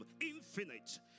infinite